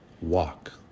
Walk